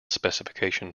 specification